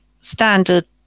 standard